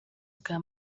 bwa